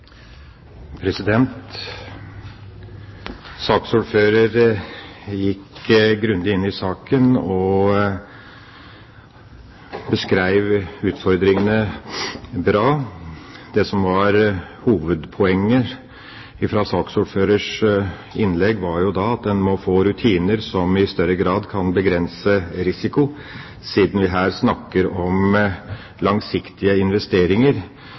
gikk grundig inn i saken og beskrev utfordringene bra. Det som var hovedpoenget i saksordførerens innlegg, var at man må få rutiner som i større grad kan begrense risiko, siden vi her snakker om langsiktige investeringer